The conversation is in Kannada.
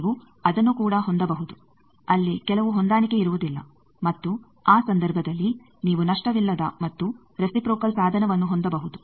ನೀವು ಅದನ್ನು ಕೂಡ ಹೊಂದಬಹುದು ಅಲ್ಲಿ ಕೆಲವು ಹೊಂದಾಣಿಕೆಯಿರುವುದಿಲ್ಲ ಮತ್ತು ಆ ಸಂದರ್ಭದಲ್ಲಿ ನೀವು ನಷ್ಟವಿಲ್ಲದ ಮತ್ತು ರೆಸಿಪ್ರೋಕಲ್ ಸಾಧನವನ್ನು ಹೊಂದಬಹುದು